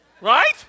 right